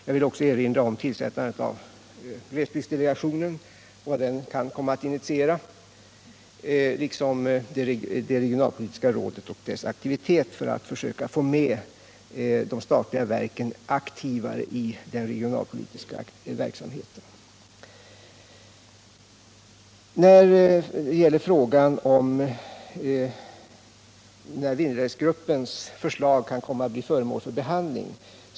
Jag vill också erinra om tillsättandet av glesbygdsdelegationen och vad den kan komma att initiera liksom om det regionalpolitiska rådet och dess aktivitet för att försöka få de statliga verken aktivare i den regionalpolitiska verksamheten. Herr Andersson frågade vidare när Vindelälvsgruppens förslag kan 15 komma att bli föremål för behandling.